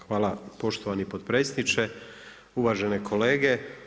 Hvala poštovani potpredsjedniče, uvažene kolege.